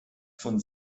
von